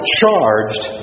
charged